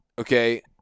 Okay